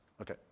Okay